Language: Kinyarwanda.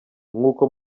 nk’uko